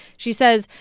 she says,